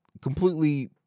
completely